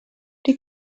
die